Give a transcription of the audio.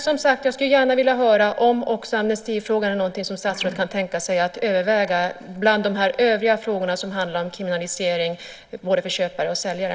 Jag skulle gärna vilja höra om också amnestifrågan är något som statsrådet kan tänka sig att överväga som en bland övriga frågor om kriminalisering av både köpare och säljare.